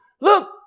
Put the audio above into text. look